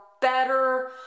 better